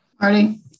Marty